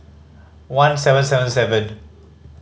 one seven seven seven